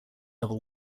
level